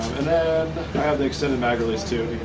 and then i have the extended mag release too.